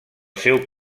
seu